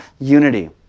unity